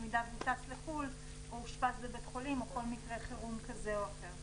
במידה שהוא טס לחו"ל או אושפז בבית חולים או כל מקרה חירום כזה או אחר.